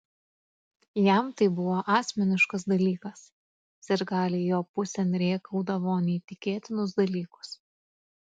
jam tai buvo asmeniškas dalykas sirgaliai jo pusėn rėkaudavo neįtikėtinus dalykus